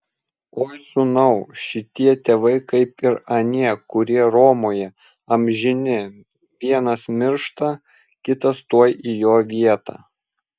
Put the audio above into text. oi sūnau šitie tėvai kaip ir anie kurie romoje amžini vienas miršta kitas tuoj į jo vietą